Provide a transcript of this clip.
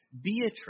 Beatrice